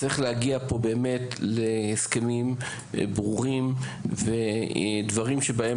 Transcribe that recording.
צריך באמת להגיע פה להסכמים ברורים ודברים שבהם,